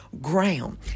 ground